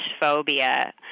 phobia